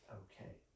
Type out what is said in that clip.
okay